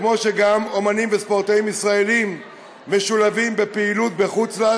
כמו שגם אמנים וספורטאים ישראלים משולבים בפעילות בחו"ל,